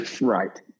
Right